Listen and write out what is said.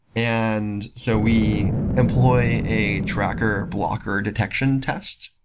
and so we employ a tracker blocker detection test.